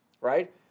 right